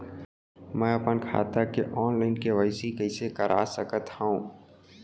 मैं अपन खाता के ऑनलाइन के.वाई.सी कइसे करा सकत हव?